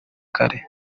kare